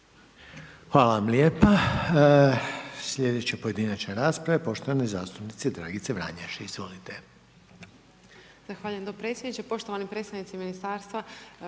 Hvala vam lijepa. Sljedeća pojedinačna rasprava je poštovane zastupnice Dragice Vranješ. Izvolite. **Vranješ, Dragica (HDZ)** Zahvaljujem potpredsjedniče. Poštovani predstavnici Ministarstva,